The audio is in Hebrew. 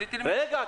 רציתי --- רגע,